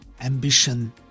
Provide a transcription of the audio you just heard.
ambition